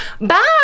bye